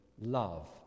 love